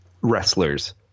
wrestlers